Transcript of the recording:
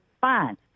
fine